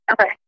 Okay